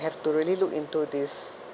have to really look into this